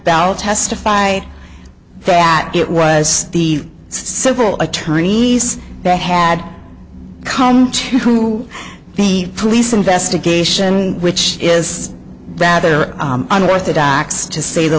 testified that it was the civil attorneys that had come to the police investigation which is rather unorthodox to say the